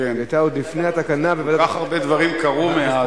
שהיא היתה עוד לפני התקנה כל כך הרבה דברים קרו מאז.